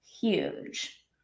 huge